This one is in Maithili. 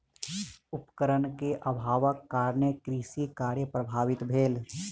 उपकरण के अभावक कारणेँ कृषि कार्य प्रभावित भेल